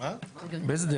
באיזה דרך?